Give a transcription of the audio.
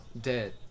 Dead